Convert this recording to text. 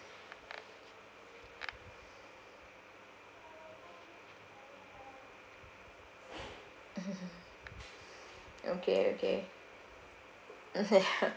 mm okay okay mm ya